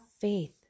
faith